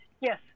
Yes